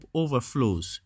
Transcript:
overflows